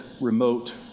remote